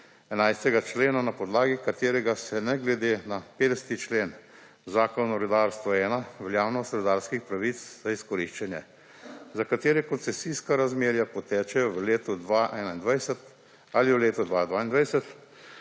11. člena, na podlagi katerega se ne glede na 50. člen Zakona o rudarstvu 1 veljavnost rudarskih pravic za izkoriščanje, za katere koncesijska razmerja potečejo v letu 2021 ali v letu 2022,